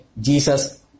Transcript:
Jesus